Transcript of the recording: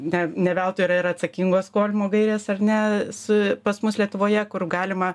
ne ne veltui yra ir atsakingo skolinimo gairės ar ne su pas mus lietuvoje kur galima